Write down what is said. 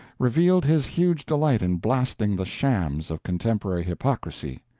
revealed his huge delight in blasting the shams of contemporary hypocrisy.